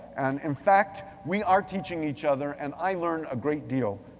and in fact, we are teaching each other, and i learn a great deal